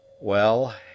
Well